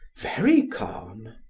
very calm.